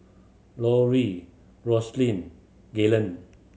Lauri Roselyn Galen